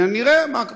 ונראה מה היה.